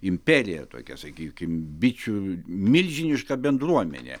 imperija tokia sakykim bičių milžiniška bendruomenė